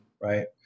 right